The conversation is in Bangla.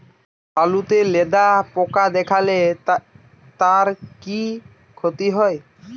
আলুতে লেদা পোকা দেখালে তার কি ক্ষতি হয়?